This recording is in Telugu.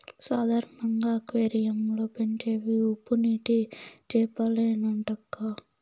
సాధారణంగా అక్వేరియం లో పెంచేవి ఉప్పునీటి చేపలేనంటక్కా